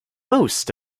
most